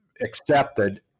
accepted